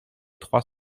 trois